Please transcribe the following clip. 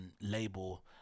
label